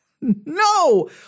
No